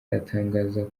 aratangaza